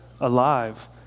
alive